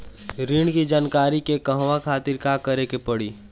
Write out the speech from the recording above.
ऋण की जानकारी के कहवा खातिर का करे के पड़ी?